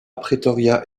pretoria